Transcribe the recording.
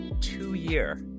two-year